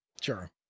Sure